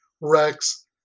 Rex